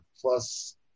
plus